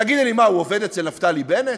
תגידי, מה, הוא עובד אצל נפתלי בנט?